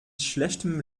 schlechtem